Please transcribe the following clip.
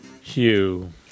Hugh